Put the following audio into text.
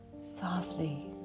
softly